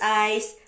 eyes